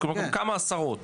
כלומר כמה עשרות?